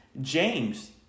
James